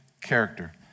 character